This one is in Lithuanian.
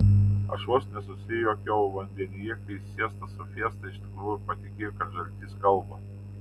aš vos nesusijuokiau vandenyje kai siesta su fiesta iš tikrųjų patikėjo kad žaltys kalba